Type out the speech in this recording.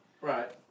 Right